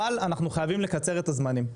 אבל אנחנו חייבים לקצר את הזמנים.